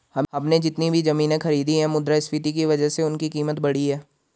हमने जितनी भी जमीनें खरीदी हैं मुद्रास्फीति की वजह से उनकी कीमत बढ़ी है